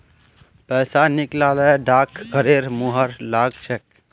पैसा निकला ल डाकघरेर मुहर लाग छेक